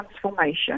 transformation